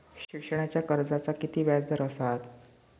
शिक्षणाच्या कर्जाचा किती व्याजदर असात?